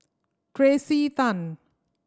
Tracey Tan